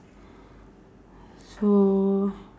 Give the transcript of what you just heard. so